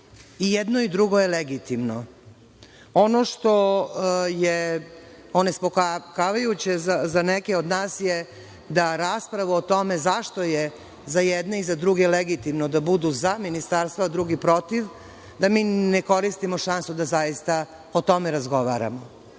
I jedno i drugo je legitimno. Ono što je onespokojavajuće za neke od nas je da raspravu o tome zašto je za jedne i za druge legitimno da budu za ministarstvo, a drugi protiv, da mi ne koristimo šansu da zaista o tome razgovaramo,